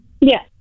Yes